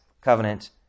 covenant